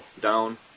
down